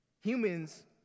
Humans